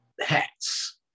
hats